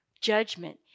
judgment